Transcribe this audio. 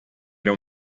era